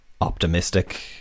optimistic